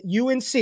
UNC